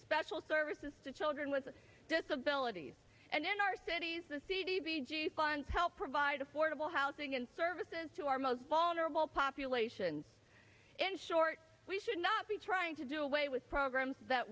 special services to children with disabilities and in our cities the c g fund to help provide affordable housing and services to our most vulnerable populations in short we should not be trying to do away with programs that